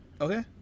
Okay